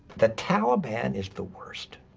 the taliban is the worst.